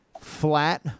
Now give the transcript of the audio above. flat